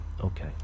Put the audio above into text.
Okay